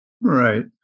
Right